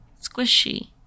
squishy